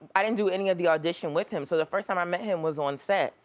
i didn't do any of the audition with him. so the first time i met him was on set.